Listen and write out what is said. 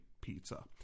pizza